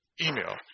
email